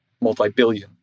multi-billion